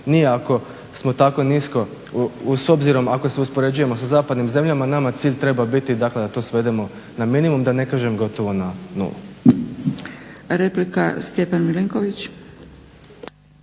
ni ako smo tako nisko s obzirom ako se uspoređujemo sa zapadnim zemljama. Nama cilj treba biti dakle da to svedemo na minimum, da ne kažem gotovo na nulu.